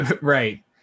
right